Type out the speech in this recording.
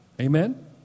Amen